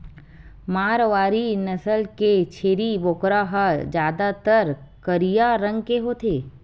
मारवारी नसल के छेरी बोकरा ह जादातर करिया रंग के होथे